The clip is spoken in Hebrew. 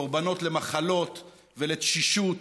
קורבנות למחלות ולתשישות.